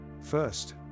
First